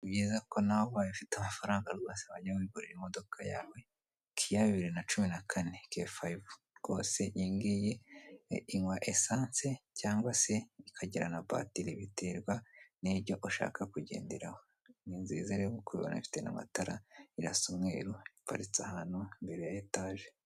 Ni byiza ko nawe ubaye ufite amafaranga rwose wajya wigurira imodoka yawe kiya bibiri na cumi na kane kifayive rwose iyi niiyi inywa esanse cyangwa se ikagira na batiri biterwa n'ibyo ushaka kugenderaho. Ni nziza rero nk'ukoubibona ifite n'amatara irasa umweru iparitse ahantu mbere ya etage.